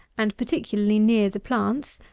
and particularly near the plants,